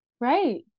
right